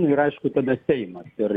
ir aišku tada seimas ir